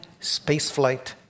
spaceflight